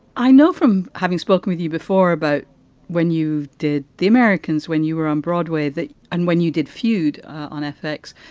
i know from having spoken with you before about when you did the americans when you were on broadway. and when you did feud on ethics,